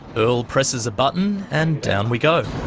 earl presses a button and down we go.